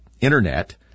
Internet